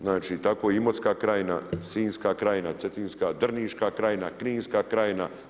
Znači tako Imotska krajina, Sinjska krajina, Cetinska krajina, Drniška krajina, Kninska krajina.